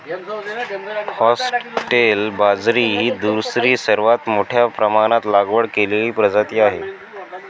foxtail बाजरी ही दुसरी सर्वात मोठ्या प्रमाणात लागवड केलेली प्रजाती आहे